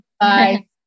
Bye